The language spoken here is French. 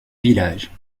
village